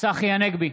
צחי הנגבי,